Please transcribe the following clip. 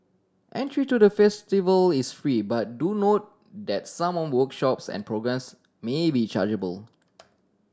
entry to the festival is free but do note that someone workshops and programmes may be chargeable